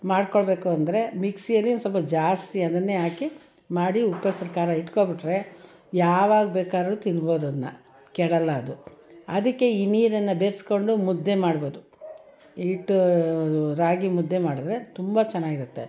ಮಾಡ್ಕೊಳ್ಬೇಕು ಅಂದರೆ ಮಿಕ್ಸಿಯಲ್ಲಿ ಒಂದು ಸ್ವಲ್ಪ ಜಾಸ್ತಿ ಅದನ್ನೇ ಹಾಕಿ ಮಾಡಿ ಉಪ್ಪೆಸ್ರು ಖಾರ ಇಟ್ಕೊಂಡ್ಬಿಟ್ರೆ ಯಾವಾಗ ಬೇಕಾದರು ತಿನ್ಬೋದು ಅದನ್ನ ಕೆಡೋಲ್ಲ ಅದು ಅದಕ್ಕೆ ಈ ನೀರನ್ನು ಬೆರೆಸ್ಕೊಂಡು ಮುದ್ದೆ ಮಾಡ್ಬೋದು ಹಿಟ್ಟು ರಾಗಿ ಮುದ್ದೆ ಮಾಡಿದ್ರೆ ತುಂಬ ಚೆನ್ನಾಗಿರುತ್ತೆ